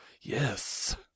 Yes